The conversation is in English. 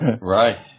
Right